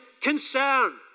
concern